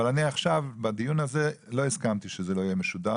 עכשיו בדיון הזה אני לא הסכמתי שזה לא יהיה משודר